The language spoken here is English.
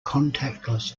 contactless